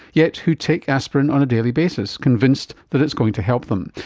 yet who take aspirin on a daily basis, convinced that it's going to help them.